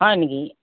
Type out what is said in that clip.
হয় নেকি